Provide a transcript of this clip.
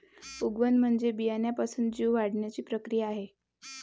उगवण म्हणजे बियाण्यापासून जीव वाढण्याची प्रक्रिया आहे